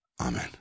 Amen